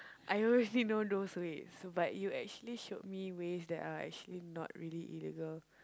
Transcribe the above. I only know those ways but you actually showed me ways that are actually not really illegal